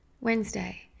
Wednesday